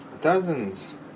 Dozens